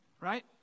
right